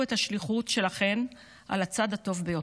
את השליחות שלכן על הצד הטוב ביותר.